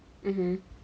mmhmm